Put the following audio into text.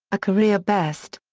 a career best.